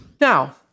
Now